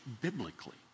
biblically